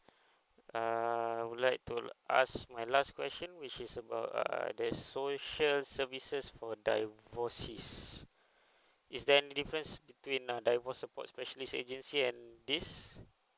err I would like to ask my last question which is about uh the social services for divorcee is there any difference between uh divorce support specialist agency and this